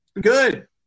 Good